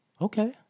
okay